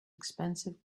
expensive